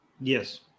Yes